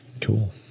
cool